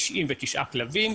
99 כלבים.